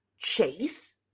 Chase